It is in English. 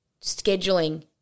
scheduling